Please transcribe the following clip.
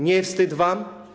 Nie wstyd wam?